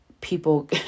people